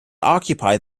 occupy